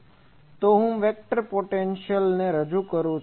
તો હું વેક્ટર પોટેન્શિઅલને રજૂ કરું છું